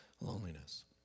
loneliness